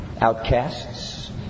outcasts